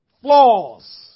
flaws